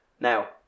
now